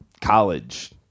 college